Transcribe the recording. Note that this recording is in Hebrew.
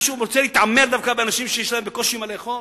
מישהו רוצה להתעמר דווקא באנשים שיש להם בקושי מה לאכול?